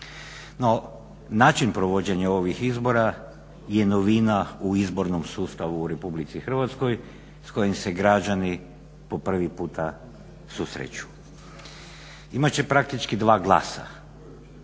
način provođenja ovih izbora je novina u izbornom sustavu u Republici Hrvatskoj s kojim se građani po prvi puta susreću. Imat će praktički dva glasa.